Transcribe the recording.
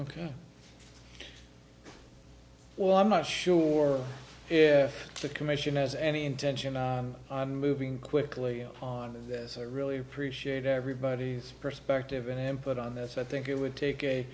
ok well i'm not sure if the commission has any intention on moving quickly on this i really appreciate everybody's perspective and put on this i think it would take